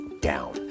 down